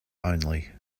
only